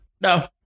no